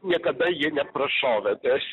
niekada jie neprašovė tai aš